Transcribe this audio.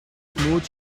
smooth